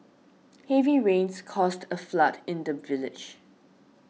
heavy rains caused a flood in the village